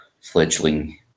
fledgling